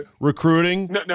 recruiting